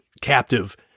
captive